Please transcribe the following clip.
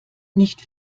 nicht